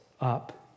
up